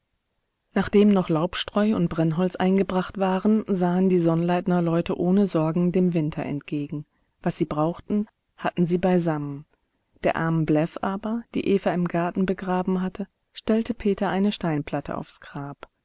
nachdem noch laubstreu und brennholz eingebracht waren sahen die sonnleitnerleute ohne sorgen dem winter entgegen was sie brauchten hatten sie beisammen der armen bläff aber die eva im garten begraben hatte stellte peter eine sandsteinplatte aufs grab